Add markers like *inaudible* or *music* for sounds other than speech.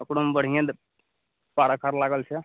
ओकरोमे बढ़िएँ *unintelligible* लागल छै